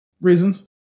Reasons